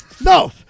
no